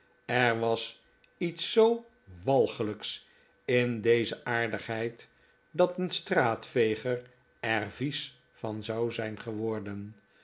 er was iets zoo walgelijks in deze aardigheid dat een straatveger er vies van zou zijn geworden